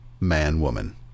Man-Woman